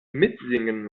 mitsingen